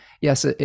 yes